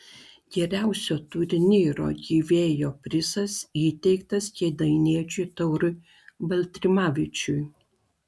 geriausio turnyro gyvėjo prizas įteiktas kėdainiečiui taurui baltrimavičiui